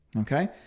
okay